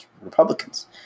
Republicans